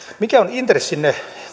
mikä on intressinne